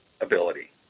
ability